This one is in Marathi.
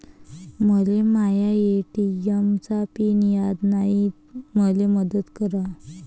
मले माया ए.टी.एम चा पिन याद नायी, मले मदत करा